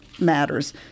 matters